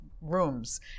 rooms